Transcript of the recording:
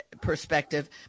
perspective